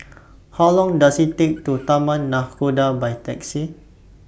How Long Does IT Take to Taman Nakhoda By Taxi